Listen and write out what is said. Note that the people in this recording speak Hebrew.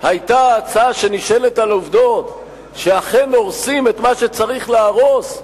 הצעה שנשענת על עובדות שאכן הורסים את מה שצריך להרוס,